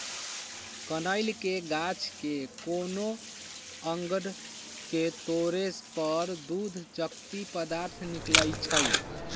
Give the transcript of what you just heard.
कनइल के गाछ के कोनो अङग के तोरे पर दूध जकति पदार्थ निकलइ छै